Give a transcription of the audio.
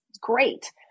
great